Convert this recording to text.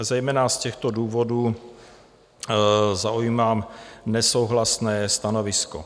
Zejména z těchto důvodů zaujímám nesouhlasné stanovisko.